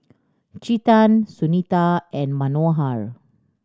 Chetan Sunita and Manohar